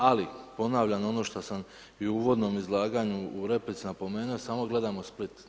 Ali ponavljam ono što sam i u uvodnom izlaganju u replici napomenuo samo gledamo Split.